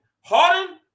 Harden